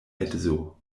edzo